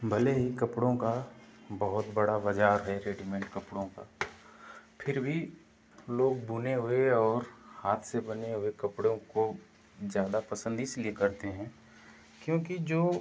भले ही कपड़ों का बत बड़ा बजार है रेडीमेड कपड़ों का फिर भी लोग बुने हुए और हाथ से बने हुए कपड़ों को ज़्यादा पसंद इसलिए करते हैं क्यूँकि जो